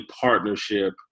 partnership